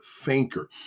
thinker